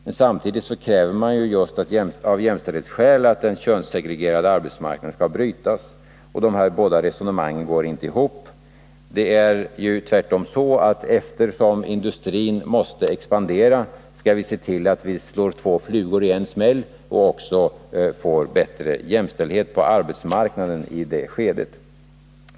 Men samtidigt kräver man just av jämställdhetsskäl att den könssegregerade arbetsmarknaden skall försvinna. De här båda resonemangen går inte ihop. Det är tvärtom så att eftersom industrin måste expandera skall vi se till att vi slår två flugor i en smäll och också får bättre jämställdhet på arbetsmarknaden i det skedet.